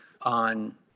on